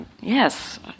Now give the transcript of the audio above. yes